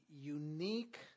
unique